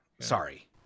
sorry